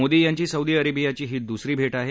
मोदी यांची सौदी अरेबियाची ही दुसरी भेट आहे